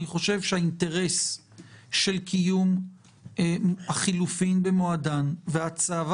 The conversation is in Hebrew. אני חושב שהאינטרס של קיום החילופים במועדם והצבה